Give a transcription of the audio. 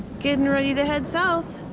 getting ready to head south.